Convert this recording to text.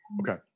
Okay